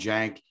Jank